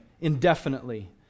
indefinitely